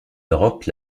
europe